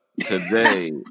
today